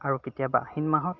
আৰু কেতিয়াবা আহিন মাহত